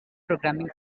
programming